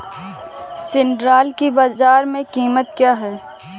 सिल्ड्राल की बाजार में कीमत क्या है?